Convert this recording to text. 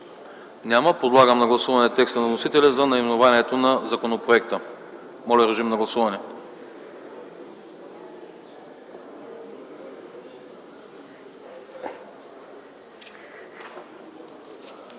Няма. Подлагам на гласуване текста на вносителя за наименованието на законопроекта. Моля режим на гласуване.